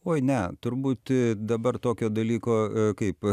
oi ne turbūt dabar tokio dalyko kaip